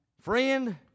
Friend